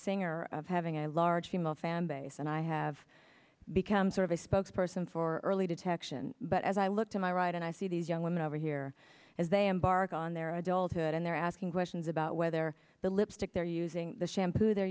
singer of having a large female fan base and i have become sort of a spokesperson for the detection but as i look to my right and i see these young women over here as they embark on their adulthood and they're asking questions about whether the lipstick they're using the shampoo they're